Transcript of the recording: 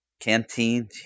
Canteen